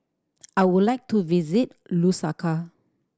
I would like to visit Lusaka